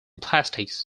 plastics